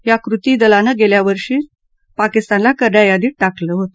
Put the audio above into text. या कृती दलानं गेल्या वर्षीच पाकिस्तानला करड्या यादीत टाकलं आहे